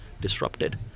disrupted